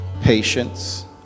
patience